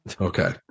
Okay